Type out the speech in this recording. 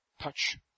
Touch